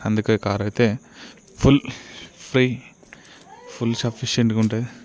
అందుకే కార్ అయితే full free full సఫిషియంట్గుంటుంది